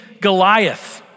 Goliath